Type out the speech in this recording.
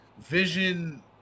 Vision